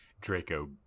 Draco